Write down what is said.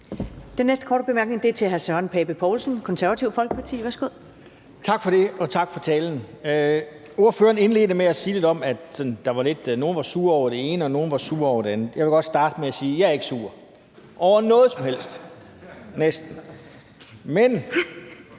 Den næste korte bemærkning er fra hr. Søren Pape Poulsen, Det Konservative Folkeparti. Værsgo. Kl. 14:14 Søren Pape Poulsen (KF): Tak for det, og tak for talen. Ordføreren indledte med at sige lidt om, at nogle var sure over det ene, og at andre var sure over det andet. Jeg vil godt starte med at sige, at jeg ikke er sur over noget som helst – næsten. Men